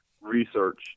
research